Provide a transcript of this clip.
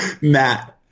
Matt